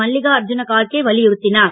மல்லிகா அர்ஜீன கார்கே வலியுறுத்தினர்